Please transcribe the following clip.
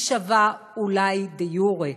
היא שווה אולי דה יורה,